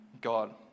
God